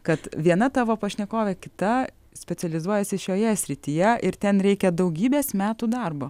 kad viena tavo pašnekovė kita specializuojasi šioje srityje ir ten reikia daugybės metų darbo